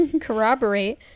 corroborate